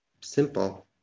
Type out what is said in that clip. simple